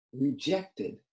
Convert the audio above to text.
rejected